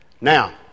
Now